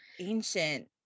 ancient